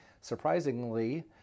Surprisingly